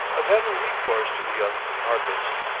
of having recourse to the young harpist,